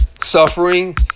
Suffering